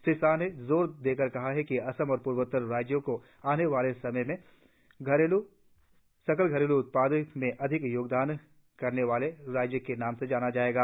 श्री शाह ने जोर देकर कहा कि असम और पूर्वोत्तर राज्यों को आने वाले दिनों में सकल घरेलू उत्पाद में अधिक योगदान करने के लिए बनाया जा रहा है